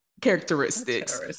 characteristics